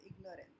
ignorance